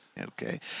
Okay